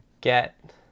get